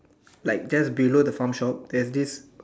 like just below the farm shop there's this